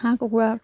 হাঁহ কুকুৰা